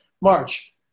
March